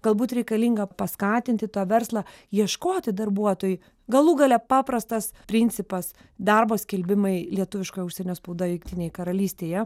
galbūt reikalinga paskatinti tą verslą ieškoti darbuotojų galų gale paprastas principas darbo skelbimai lietuviškoj užsienio spaudoj jungtinėje karalystėje